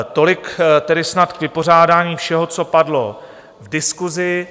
Tolik tedy snad k vypořádání všeho, co padlo v diskusi.